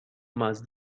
más